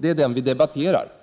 Det är den vi debatterar.